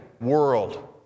world